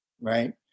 right